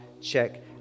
check